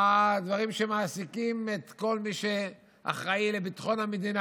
הדברים שמעסיקים את כל מי שאחראי לביטחון המדינה,